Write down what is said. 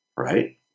Right